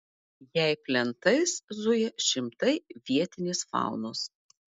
jei plentais zuja šimtai vietinės faunos